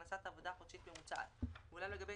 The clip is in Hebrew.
הכנסת עבודה חודשית ממוצעת); ואולם לגבי